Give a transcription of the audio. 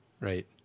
right